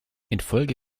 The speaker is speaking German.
infolge